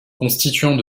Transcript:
constituant